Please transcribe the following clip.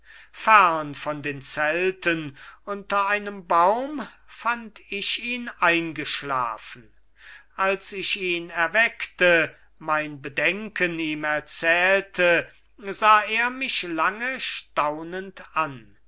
fern von den zelten unter einem baum fand ich ihn eingeschlafen als ich ihn erweckte mein bedenken ihm erzählte sah er mich lange staunend an